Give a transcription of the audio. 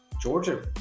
Georgia